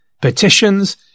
petitions